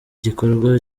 gikorwa